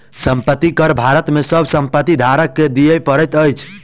संपत्ति कर भारत में सभ संपत्ति धारक के दिअ पड़ैत अछि